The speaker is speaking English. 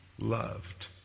loved